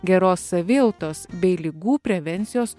geros savijautos bei ligų prevencijos